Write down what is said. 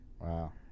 Wow